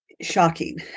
shocking